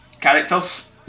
characters